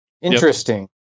Interesting